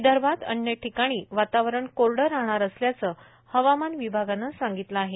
विदर्भात अन्य ठिकाणी वातावरण कोरड राहणार असल्याचं हवामान विभागानं सांगितलं आहे